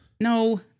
No